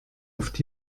oft